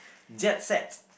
jet set